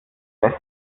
west